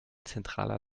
zentraler